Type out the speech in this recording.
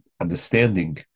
understanding